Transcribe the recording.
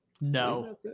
No